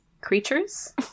creatures